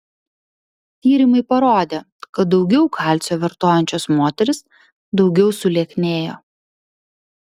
tyrimai parodė kad daugiau kalcio vartojančios moterys daugiau sulieknėjo